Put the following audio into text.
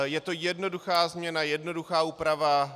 Je to jednoduchá změna, jednoduchá úprava.